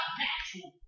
natural